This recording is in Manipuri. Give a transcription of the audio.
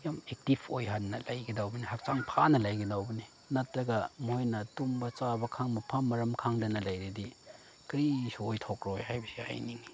ꯌꯥꯝ ꯑꯦꯛꯇꯤꯐ ꯑꯣꯏꯍꯟꯅ ꯂꯩꯒꯗꯧꯕꯅꯦ ꯍꯛꯆꯥꯡ ꯐꯅ ꯂꯩꯒꯗꯧꯕꯅꯤ ꯅꯠꯇ꯭ꯔꯒ ꯃꯣꯏꯅ ꯇꯨꯝꯕ ꯆꯥꯕ ꯈꯪꯕ ꯃꯐꯝ ꯃꯔꯥꯡ ꯈꯪꯗꯅ ꯂꯩꯔꯗꯤ ꯀꯔꯤꯁꯨ ꯑꯣꯏꯊꯣꯛꯂꯣꯏ ꯍꯥꯏꯕꯁꯤ ꯍꯥꯏꯅꯤꯡꯉꯤ